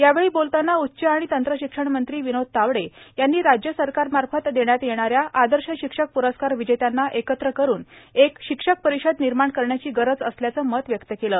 यावेळी बोलताना उच्च आणि तंत्रशिक्षण मंत्री विनोद तावडे यांनी राज्य सरकार मार्फत देण्यात येणाऱ्या आदर्श शिक्षक प्रस्कार विजेत्यांना एकत्र करून एक शिक्षक परिषद निर्माण करण्याची गरज असल्याचं मत व्यक्त केलं